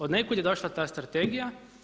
Od nekud je došla ta strategija.